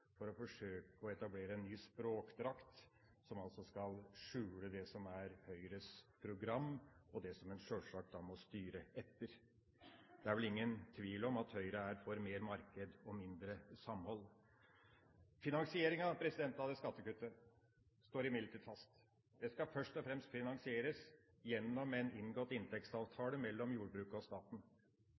for å forsøke å etablere en ny språkdrakt som altså skal skjule det som er Høyres program, og det som en da sjølsagt må styre etter. Det er vel ingen tvil om at Høyre er for mer marked og mindre samhold. Finansieringa av det skattekuttet står imidlertid fast. Det skal først og fremst finansieres gjennom en inngått inntektsavtale mellom jordbruket og staten.